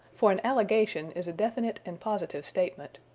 for an allegation is a definite and positive statement.